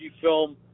film